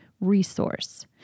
resource